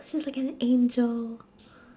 she's like an angel